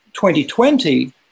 2020